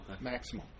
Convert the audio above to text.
maximum